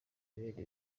ibindi